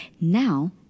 now